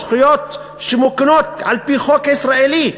זכויות שמוקנות על=פי חוק ישראלי.